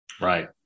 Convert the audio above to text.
Right